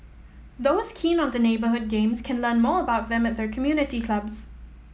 those keen on the neighbourhood games can learn more about them at their community clubs